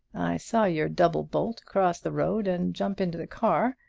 i saw your double bolt across the road and jump into the car.